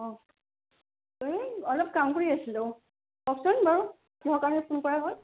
অ'এই অলপ কাম কৰি আছিলোঁ অ' কওকচোন বাৰু কিহৰ কাৰণে ফোন কৰা হ'ল